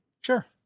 Sure